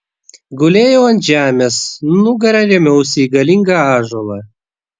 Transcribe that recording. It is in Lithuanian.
gulėjau ant žemės nugara rėmiausi į galingą ąžuolą